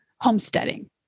homesteading